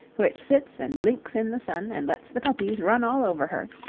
which sits and blinks in the sun and lets the puppies run all over her.